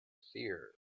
fear